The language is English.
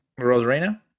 Rosarena